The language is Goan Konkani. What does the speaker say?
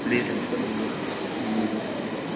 प्लीज हॅल्प कर मुगो मगे प्लीज